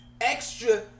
extra